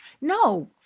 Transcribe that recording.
No